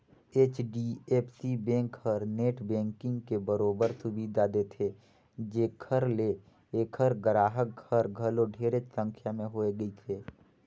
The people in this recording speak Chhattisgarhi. एच.डी.एफ.सी बेंक हर नेट बेंकिग के बरोबर सुबिधा देथे जेखर ले ऐखर गराहक हर घलो ढेरेच संख्या में होए गइसे